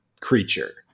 creature